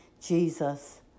Jesus